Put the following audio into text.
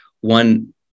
One